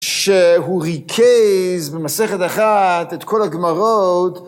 שהוא ריכז במסכת אחת את כל הגמרות.